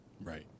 Right